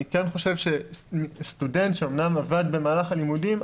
אני כן חושב שסטודנט שאמנם עבד במהלך הלימודים,